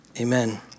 amen